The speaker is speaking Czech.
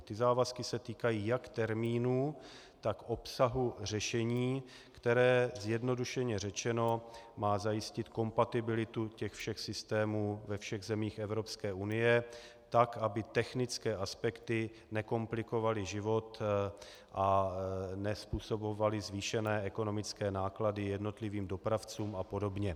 Ty závazky se týkají jak termínů, tak obsahu řešení, které zjednodušeně řečeno má zajistit kompatibilitu všech systémů ve všech zemích Evropské unie tak, aby technické aspekty nekomplikovaly život a nezpůsobovaly zvýšené ekonomické náklady jednotlivým dopravcům apod.